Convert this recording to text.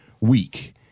week